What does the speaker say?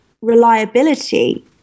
reliability